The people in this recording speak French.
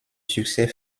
succès